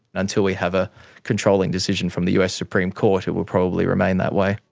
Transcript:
until we have a controlling decision from the us supreme court it will probably remain that way.